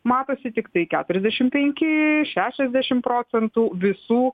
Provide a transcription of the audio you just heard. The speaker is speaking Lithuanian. matosi tiktai keturiasdešim penki šešiasdešim procentų visų